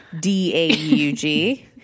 d-a-u-g